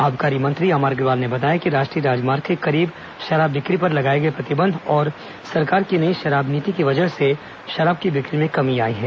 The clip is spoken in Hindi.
आबकारी मंत्री अमर अग्रवाल ने बताया कि राष्ट्रीय राजमार्ग के करीब शराब बिक्री पर लगाए गए प्रतिबंध और सरकार की नई शराब नीति की वजह से शराब की बिक्री में कमी आई है